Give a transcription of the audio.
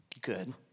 good